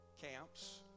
camps